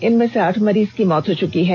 इनमें से आठ मरीज की मौत हो चुकी है